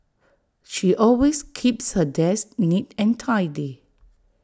she always keeps her desk neat and tidy